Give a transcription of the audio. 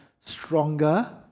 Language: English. stronger